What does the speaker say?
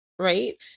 Right